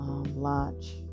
launch